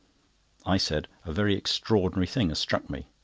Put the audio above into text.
i said a very extraordinary thing has struck me.